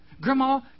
Grandma